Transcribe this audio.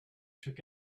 took